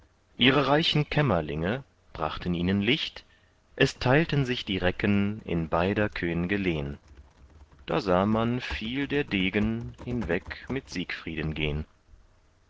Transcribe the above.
ihre reichen kämmerlinge brachten ihnen licht es teilten sich die recken in beider könge lehn da sah man viel der degen hinweg mit siegfrieden gehn